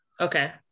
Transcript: okay